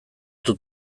dut